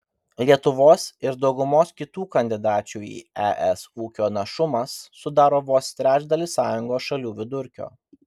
lietuvos ir daugumos kitų kandidačių į es ūkio našumas sudaro vos trečdalį sąjungos šalių vidurkio